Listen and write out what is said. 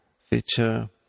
feature